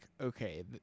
okay